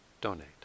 donate